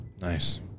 Nice